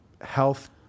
health